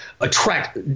attract